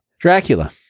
Dracula